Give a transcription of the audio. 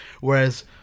Whereas